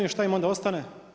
I šta im onda ostane?